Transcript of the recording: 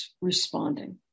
responding